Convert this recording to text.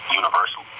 universal